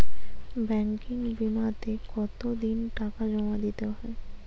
Banking বিমাতে কত দিন টাকা জমা দিতে হয়?